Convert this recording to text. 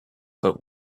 but